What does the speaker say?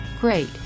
great